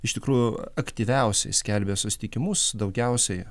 iš tikrųjų aktyviausiai skelbia susitikimus daugiausiai